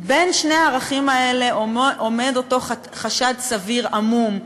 בין שני הערכים האלה עומד אותו "חשד סביר" עמום.